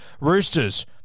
Roosters